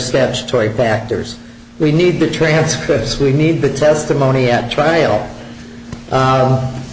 steps to a factors we need the transcripts we need the testimony at trial